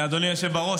אדוני היושב בראש,